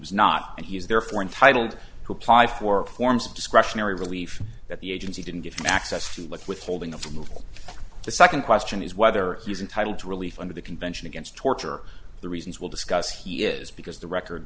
was not and he is therefore entitled to apply for forms of discretionary relief that the agency didn't give him access to look withholding of the move all the second question is whether he's entitled to relief under the convention against torture the reasons will discuss he is because the record